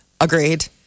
Agreed